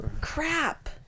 Crap